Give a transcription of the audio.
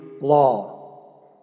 law